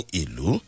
ilu